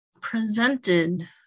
presented